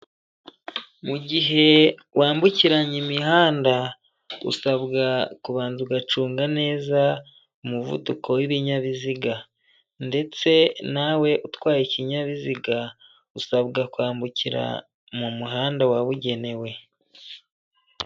Mu gihe wambukiranya imihanda, usabwa kubanza ugacunga neza umuvuduko w'ibinyabiziga ndetse nawe utwaye ikinyabiziga usabwa kwambukira mu muhanda wabugenewe.